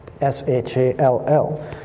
S-H-A-L-L